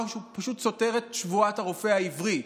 היא שהוא פשוט סותר את שבועת הרופא העברי,